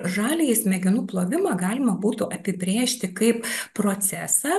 žaliąjį smegenų plovimą galima būtų apibrėžti kaip procesą